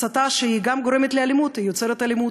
הסתה שגם גורמת לאלימות, יוצרת אלימות.